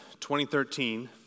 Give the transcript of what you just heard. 2013